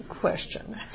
question